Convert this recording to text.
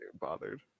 bothered